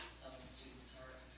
students are